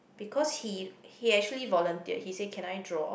because he he actually volunteered he say can I draw